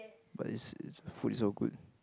but its its food is all good